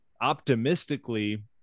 optimistically